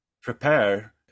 prepare